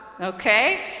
okay